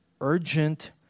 urgent